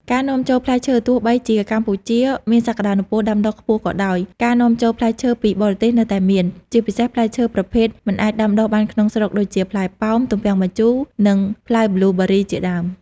ការនាំចូលផ្លែឈើទោះបីជាកម្ពុជាមានសក្តានុពលដាំដុះខ្ពស់ក៏ដោយ ការនាំចូលផ្លែឈើពីបរទេសនៅតែមាន ជាពិសេសផ្លែឈើប្រភេទមិនអាចដាំដុះបានក្នុងស្រុកដូចជា ផ្លែប៉ោម ទំពាំងបាយជូ និង ផ្លែប៊្លូប៊ឺរី ជាដើម។